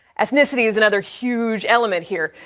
ethnicity is another huge element here.